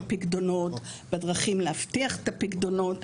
בפיקדונות והדרכים להבטיח את הפיקדונות.